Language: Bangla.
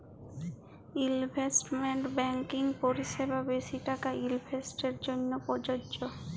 ইলভেস্টমেল্ট ব্যাংকিং পরিসেবা বেশি টাকা ইলভেস্টের জ্যনহে পরযজ্য